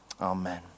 Amen